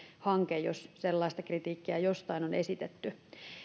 hanke jos sellaista kritiikkiä jostain on esitetty